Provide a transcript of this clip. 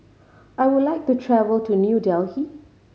I would like to travel to New Delhi